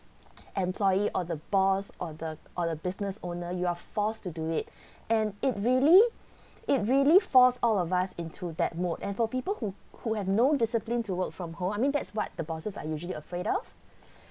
employee or the boss or the or the business owner you are forced to do it and it really it really force all of us into that mode and for people who who have no discipline to work from home I mean that's what the bosses are usually afraid of